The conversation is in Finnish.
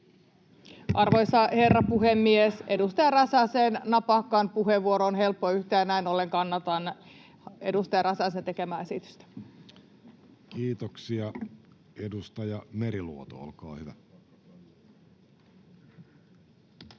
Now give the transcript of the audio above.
Arvoisa herra puhemies! Edustaja Räsäsen napakkaan puheenvuoroon on helppo yhtyä, ja näin ollen kannatan edustaja Räsäsen tekemää esitystä. Kiitoksia. — Edustaja Meriluoto, olkaa hyvä. Arvoisa